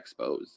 expos